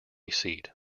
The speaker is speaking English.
seat